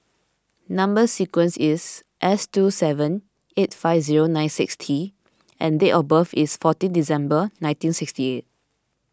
Number Sequence is S two seven eight five zero nine six T and date of birth is fourteen December nineteen sixty eight